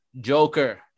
Joker